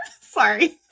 Sorry